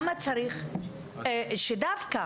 שדווקא